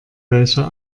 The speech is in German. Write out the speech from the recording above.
welcher